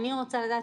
אני רוצה לדעת,